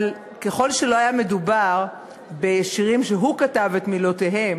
אבל ככל שלא היה מדובר בשירים שהוא כתב את מילותיהם,